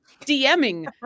dming